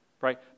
right